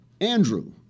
Andrew